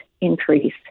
increase